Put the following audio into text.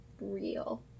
real